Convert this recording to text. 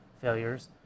failures